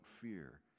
fear